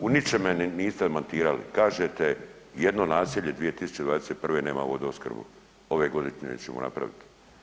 U ničem me niste demantirali, kažete nijedno naselje 2021. nema vodoopskrbu, ove godine ćemo napravit.